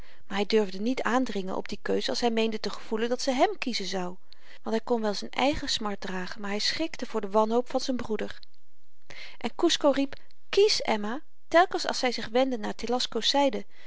maar hy durfde niet aandringen op die keus als hy meende te gevoelen dat ze hèm kiezen zou want hy kon wel z'n eigen smart dragen maar hy schrikte voor de wanhoop van z'n broeder en kusco riep kies emma telkens als zy zich wendde naar telasco's zyde